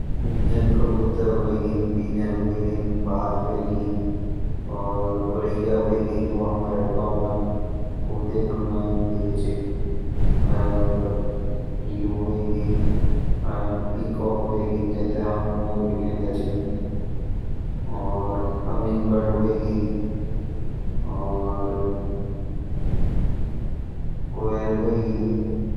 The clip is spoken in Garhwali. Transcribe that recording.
जन कबूतर होएगी पीजन होएगी बाघ होएगी और गोरैया होएगी जु हमरा गांव म देखण कु मिल्दु छ और यू होएगी पीकाॅक होएगी जै थैं हम मोर भी कंहदा छना और हमिंग बर्ड होएगी और हमिंग बर्ड होएगी और कोयल होएगी।